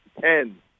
ten